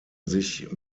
sich